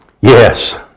Yes